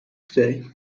today